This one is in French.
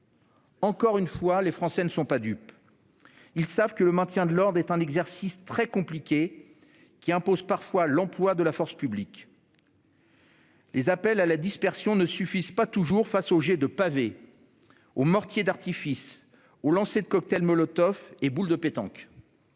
Encore une fois, les Français ne sont pas dupes. Ils savent que le maintien de l'ordre est un exercice très compliqué, qui impose parfois l'emploi de la force publique. Les appels à la dispersion ne suffisent pas toujours face aux jets de pavés, aux mortiers d'artifice, aux lancers de cocktails Molotov et de boules de pétanque.